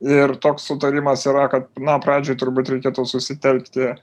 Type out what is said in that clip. ir toks sutarimas yra kad na pradžioj turbūt reikėtų susitelkti